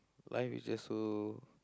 life is just so